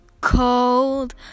cold